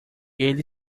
ele